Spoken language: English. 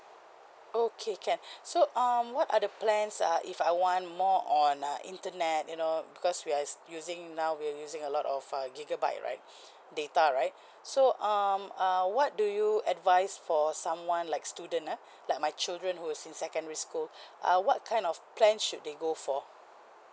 okay can so um what are the plans uh if I want more on uh internet you know because we're using now we're using a lot of uh gigabyte right data right so um uh what do you advise for someone like student uh like my children who's in secondary school uh what kind of plan should they go for